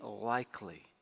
likely